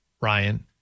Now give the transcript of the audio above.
Ryan